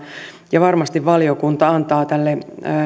ja varmasti valiokunta antaa tälle